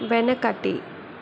వెనకటి